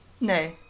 No